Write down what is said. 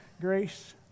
grace